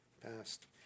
passed